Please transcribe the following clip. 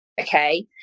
Okay